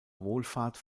wohlfahrt